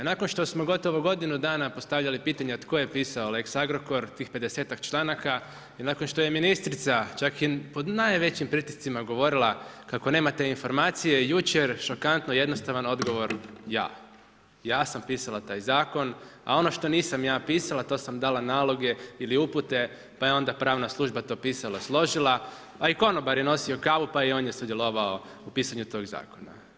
Nakon što smo gotovo godinu dana postavljali pitanja tko je pisao lex Agrokor, tih pedesetak članaka i nakon što je ministrica čak i pod najvećim pritiscima govorila kako nema te informacije, jučer šokantno, jednostavan odgovor ja, ja sam pisala taj zakon, a ono što nisam ja pisala, to sam dala naloge ili upute pa je onda pravna služba to pisala, složila, a i konobar je nosio kavu pa i on je sudjelovao u pisanju tog zakona.